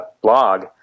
blog